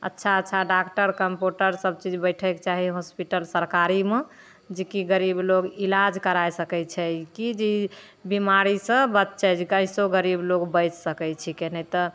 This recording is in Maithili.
अच्छा अच्छा डॉकटर कम्पउण्डर सबचीज बैठैके चाही हॉस्पिटल सरकारीमे जेकि गरीब लोक इलाज करै सकै छै कि जे ई बेमारीसे बचै जे कइसहो गरीब लोक बचि सकै छिकै नहि तऽ